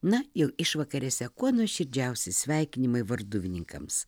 na jau išvakarėse kuo nuoširdžiausi sveikinimai varduvininkams